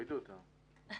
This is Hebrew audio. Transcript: עמדת השב"כ הינה